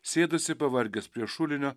sėdasi pavargęs prie šulinio